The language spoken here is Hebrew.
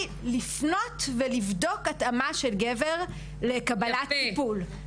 לפנות ולבדוק התאמה של גבר לקבלת טיפול.